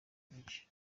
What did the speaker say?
menshi